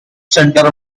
center